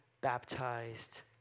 baptized